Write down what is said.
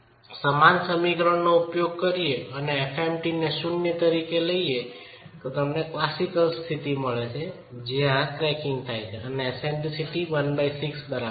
હવે જો સમાન સમીકરણ ઉપયોગ કરીએ અને fmt ને 0 તરીકે લો તો તમને ક્લાસિકલ સ્થિતિ મળે છે જ્યાં આ ક્રેકીંગ થાય છે ત્યારે એસેન્ડરીસિટી l6 બરાબર હોય